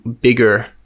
bigger